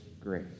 grace